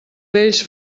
vells